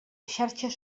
xarxes